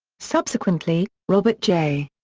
subsequently, robert j.